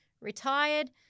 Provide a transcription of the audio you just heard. retired